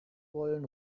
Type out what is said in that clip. wollen